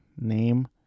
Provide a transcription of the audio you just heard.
name